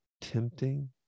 tempting